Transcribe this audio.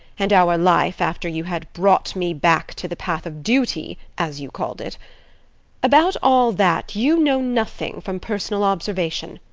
and our life after you had brought me back to the path of duty as you called it about all that you know nothing from personal observation.